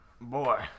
Boy